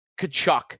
Kachuk